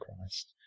Christ